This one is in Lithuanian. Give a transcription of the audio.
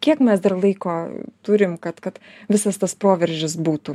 kiek mes dar laiko turim kad kad visas tas proveržis būtų